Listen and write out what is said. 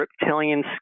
reptilian